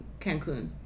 Cancun